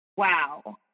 wow